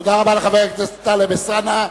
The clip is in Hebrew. תודה רבה לחבר הכנסת טלב אלסאנע.